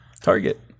target